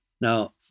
Now